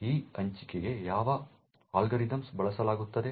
ಈ ಹಂಚಿಕೆಗೆ ಯಾವ ಅಲ್ಗಾರಿದಮ್ಗಳನ್ನು ಬಳಸಲಾಗುತ್ತದೆ